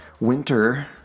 winter